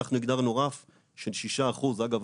אנחנו הגדרנו רף של 6%. אגב,